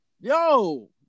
Yo